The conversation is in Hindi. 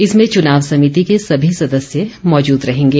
इसमें चुनाव समिति के सभी सदस्य मौजूद रहेंगे